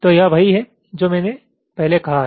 तो यह वही है जो मैंने पहले कहा है